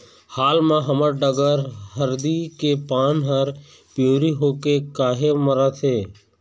हाल मा हमर डहर हरदी के पान हर पिवरी होके काहे मरथे?